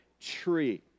tree